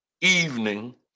evening